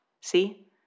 See